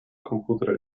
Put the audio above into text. computer